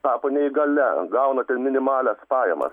tapo neįgalia gauna ten minimalias pajamas